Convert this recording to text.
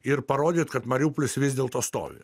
ir parodyt kad mariupolis vis dėlto stovi